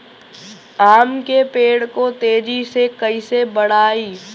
आम के पेड़ को तेजी से कईसे बढ़ाई?